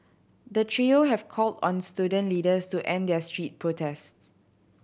the trio have called on student leaders to end their street protests